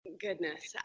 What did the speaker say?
Goodness